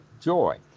joy